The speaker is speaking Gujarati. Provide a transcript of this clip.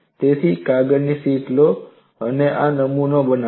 તેથી કાગળની શીટ લો અને આ નમૂનો બનાવો